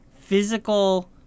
physical